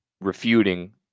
refuting